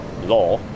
law